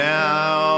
now